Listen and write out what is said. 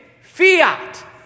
Fiat